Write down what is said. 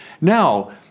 Now